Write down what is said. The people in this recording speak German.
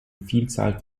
vielzahl